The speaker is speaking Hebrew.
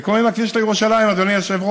זה קורה עם הכביש לירושלים, אדוני היושב-ראש.